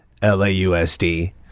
LAUSD